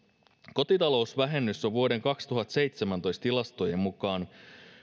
kotitalousvähennys on vuoden kaksituhattaseitsemäntoista tilastojen mukaan